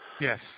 Yes